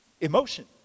emotion